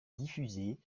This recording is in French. diffusée